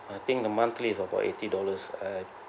I think the monthly of about eighty dollars at